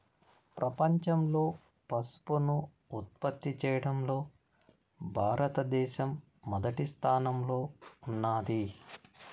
ప్రపంచంలో పసుపును ఉత్పత్తి చేయడంలో భారత దేశం మొదటి స్థానంలో ఉన్నాది